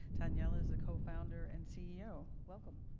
tanyella is a co-founder and ceo. welcome.